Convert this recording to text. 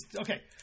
Okay